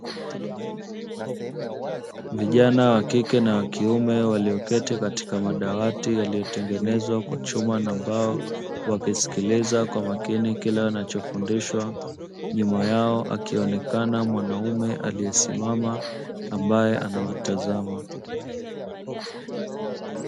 Vijana wa kike na wa kiume walioketi katika madawati yaliyotengenezwa kwa chuma na bao, wakisikiliza kwa makini kila wanachofundishwa, nyuma yao akionekana mwanaume aliyesimama ambaye anawatazama.